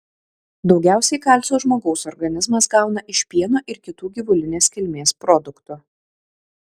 daugiausiai kalcio žmogaus organizmas gauna iš pieno ir kitų gyvulinės kilmės produktų